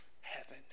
heaven